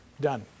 done